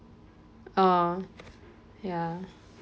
uh ya